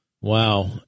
Wow